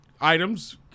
items